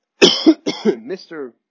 Mr